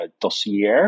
Dossier